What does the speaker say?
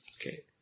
Okay